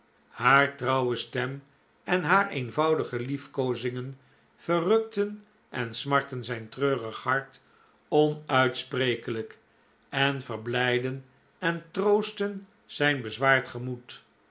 haar trouwe stem en haar eenvoudige lief koozingen verrukten en smartten zijn treurig hart onuitsprekelijk en verblijdden en troostten zijnbezwaard gemoed